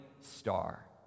star